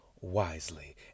wisely